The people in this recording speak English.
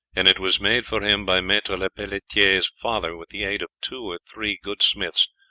and it was made for him by maitre lepelletiere's father with the aid of two or three good smiths,